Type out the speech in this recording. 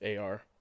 AR